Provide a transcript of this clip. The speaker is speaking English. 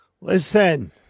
Listen